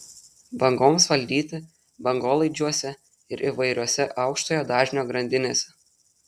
bangoms valdyti bangolaidžiuose ir įvairiose aukštojo dažnio grandinėse